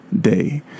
day